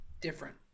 different